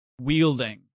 wielding